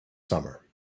summer